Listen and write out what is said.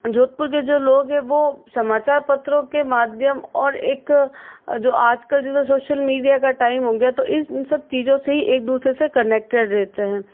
जोधपुर के जो लोग हैं वो समाचार पत्रों के माध्यम और एक जो आजकल जैसे सोशल मीडिया का टाइम हो गया तो इन सब चीज़ों से एक दूसरे से कनेक्टेड रहते हैं